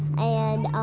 and